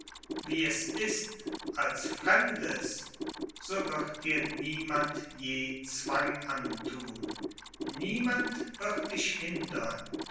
wie es ist als fremdes so wird dir niemand je zwang anthun niemand wird dich hindern